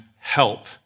help